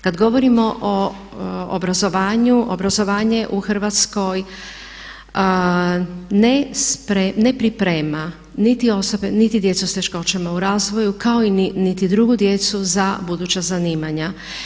Kad govorimo o obrazovanju, obrazovanje u Hrvatskoj ne priprema niti osobe niti djecu s teškoćama u razvoju kao niti drugu djecu za buduća zanimanja.